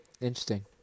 Interesting